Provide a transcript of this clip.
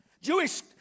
Jewish